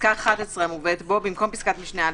בפסקה (11) המובאת בו במקום פסקת משנה (א)